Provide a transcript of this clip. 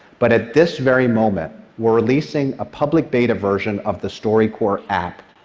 but at this very moment, we're releasing a public beta version of the storycorps app.